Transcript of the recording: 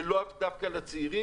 ולאו דווקא לצעירים,